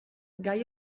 gai